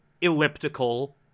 elliptical